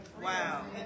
Wow